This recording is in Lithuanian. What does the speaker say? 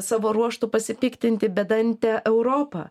savo ruožtu pasipiktinti bedante europa